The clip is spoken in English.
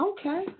Okay